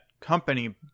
company